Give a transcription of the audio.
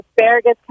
asparagus